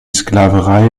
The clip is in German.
sklaverei